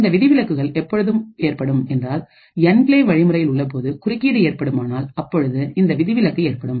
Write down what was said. இந்த விதிவிலக்குகள் எப்பொழுது ஏற்படும் என்றால்என்கிளேவ் வழிமுறையில் உள்ளபோது குறுக்கீடு ஏற்படுமானால் அப்பொழுது இந்த விதிவிலக்கு ஏற்படும்